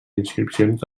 inscripcions